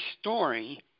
story